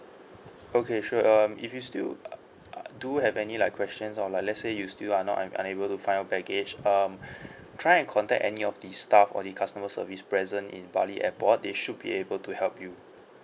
okay sure um if you still uh uh do have any like questions or like let's say you still are not un~ unable to find out baggage um try and contact any of the staff or the customer service present in bali airport they should be able to help you